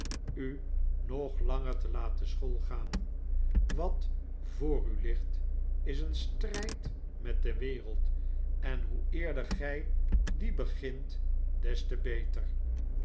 u nog langer te lateh schoolgaan wat voor u ligt is een strijd met de wereld en hoe eerder gij dien begint des te beter